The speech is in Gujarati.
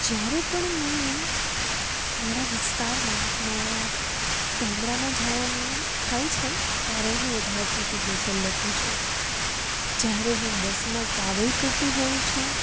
જ્યારે પણ મને મારા વિસ્તારમાં મારા ગામડામાં જવાનું થાય છે ત્યારે હું વધારે પડતી ગઝલ લખું છું જ્યારે હું બસમાં ટ્રાવેલ કરતી હોઉં છું